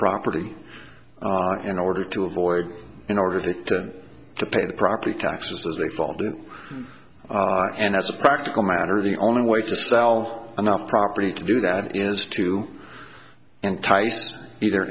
property in order to avoid in order to pay the property taxes as they called it and as a practical matter the only way to sell enough property to do that is to entice either